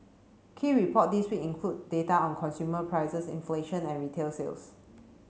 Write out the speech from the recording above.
key report this week include data on consumer prices inflation and retail sales